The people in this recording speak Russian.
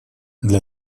для